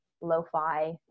lo-fi